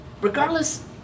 regardless